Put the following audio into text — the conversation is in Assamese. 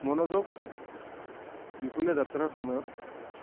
মনোযোগ দীঘলীয়া যাত্ৰাৰ সময়ত